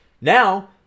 Now